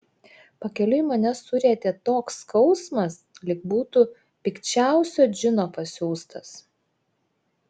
pakeliui mane surietė toks skausmas lyg būtų pikčiausio džino pasiųstas